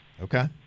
Okay